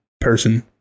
person